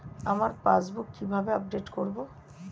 আমার পাসবুক কিভাবে আপডেট করবো?